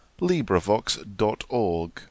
LibriVox.org